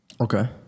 Okay